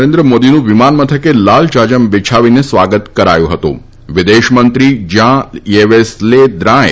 નરેન્દ્ર મોદીનું વિમાન મથકે લાલજાજમ બિછાવીને સ્વાગત કરાયું હતુંવિદેશમંત્રી જ્યાં ચેવેસ લે દ્રાંએ